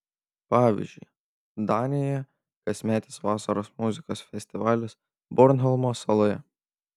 pavyzdžiui danijoje kasmetis vasaros muzikos festivalis bornholmo saloje